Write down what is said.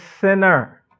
sinner